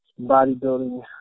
bodybuilding